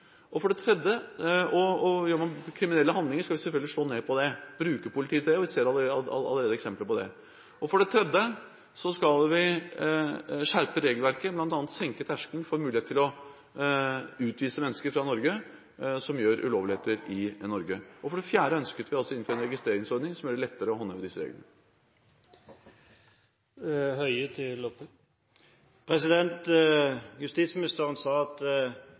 Gjør man kriminelle handlinger, skal vi selvfølgelig slå ned på det, og bruke politiet til det. Vi ser allerede eksempler på det. For det tredje skal vi skjerpe regelverket, bl.a. senke terskelen for muligheten til å utvise mennesker som gjør ulovligheter i Norge. For det fjerde ønsker vi å innføre en registreringsordning som gjør det lettere å håndheve disse reglene. Justisministeren sa at tigging er uønsket i Norge. Jeg regner med at